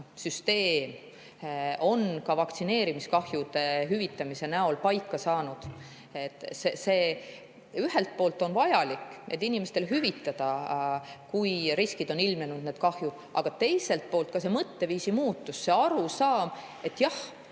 süsteem on vaktsineerimiskahjude hüvitamise näol paika saanud. See on ühelt poolt vajalik, et inimestele seda hüvitada, kui on ilmnenud need kahjud, aga teiselt poolt on siin ka mõtteviisi muutus, see arusaam, et jah,